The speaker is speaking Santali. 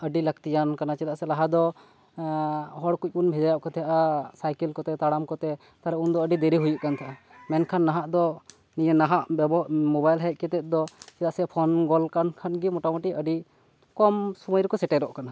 ᱟᱹᱰᱤ ᱞᱟᱹᱛᱤᱭᱟᱱ ᱠᱟᱱᱟ ᱪᱮᱫᱟᱜ ᱥᱮ ᱞᱟᱦᱟ ᱫᱚ ᱦᱚᱲ ᱠᱩᱡ ᱵᱚᱱ ᱵᱷᱮᱡᱟᱭᱮᱫ ᱠᱚ ᱛᱟᱦᱮᱸᱫᱼᱟ ᱥᱟᱭᱠᱮᱞ ᱠᱚᱛᱮ ᱛᱟᱲᱟᱢ ᱠᱚᱛᱮ ᱩᱱᱫᱚ ᱟᱹᱰᱤ ᱫᱮᱨᱤ ᱦᱩᱭᱩᱜ ᱠᱟᱱ ᱛᱟᱦᱮᱸᱜᱼᱟ ᱢᱮᱱᱠᱷᱟᱱ ᱱᱟᱦᱟᱜ ᱫᱚ ᱱᱟᱦᱟᱜ ᱵᱮᱵᱚ ᱢᱳᱵᱟᱭᱤᱞ ᱦᱮᱡ ᱠᱟᱛᱮᱫ ᱫᱚ ᱯᱷᱳᱱ ᱜᱚᱞ ᱠᱟᱱ ᱠᱷᱟᱱ ᱜᱮ ᱢᱳᱴᱟᱢᱩᱴᱤ ᱟᱹᱰᱤ ᱠᱚᱢ ᱥᱩᱢᱚᱭ ᱨᱮᱠᱚ ᱥᱮᱴᱮᱨᱚᱜ ᱠᱟᱱᱟ